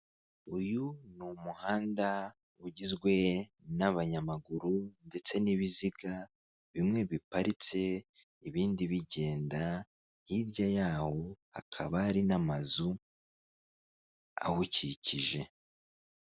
Uyu ni umuhanda ugizwe n'abanyamaguru ndetse n'ibiziga bimwe biparitse ibindi bigenda hirya yawo hakaba hari n'amazu awukikije .